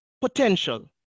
potential